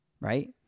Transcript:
right